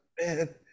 man